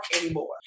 anymore